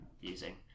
using